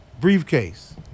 briefcase